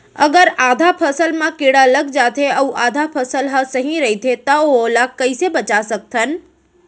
अगर आधा फसल म कीड़ा लग जाथे अऊ आधा फसल ह सही रइथे त ओला कइसे बचा सकथन?